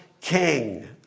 king